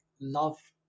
love